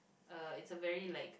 uh it's a very like